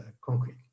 concrete